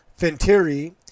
Fintiri